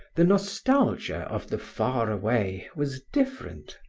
the nostalgia of the far-away was different.